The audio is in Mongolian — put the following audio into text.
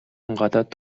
гадаад